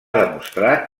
demostrat